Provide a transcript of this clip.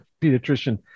pediatrician